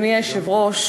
אדוני היושב-ראש,